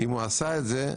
אם הוא עשה את זה,